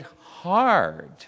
hard